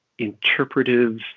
interpretive